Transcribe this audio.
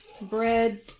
Bread